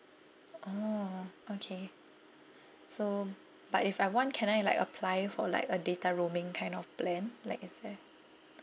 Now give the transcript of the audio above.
oh okay so but if I want can I like apply for like a data roaming kind of plan like is there